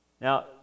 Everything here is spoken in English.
Now